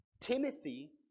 Timothy